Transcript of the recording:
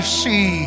see